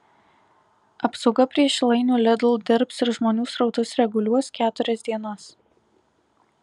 apsauga prie šilainių lidl dirbs ir žmonių srautus reguliuos keturias dienas